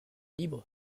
libres